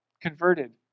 converted